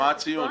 ומה הציון?